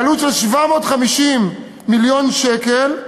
בעלות 750 מיליון ש"ח,